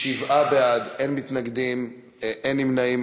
שבעה בעד, אין מתנגדים, אין נמנעים.